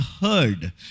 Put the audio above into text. heard